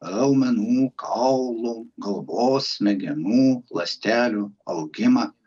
raumenų kaulų galvos smegenų ląstelių augimą